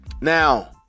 Now